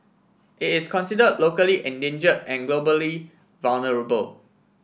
it is consider locally endanger and globally vulnerable